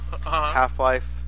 Half-Life